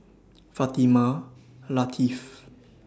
Fatimah Lateef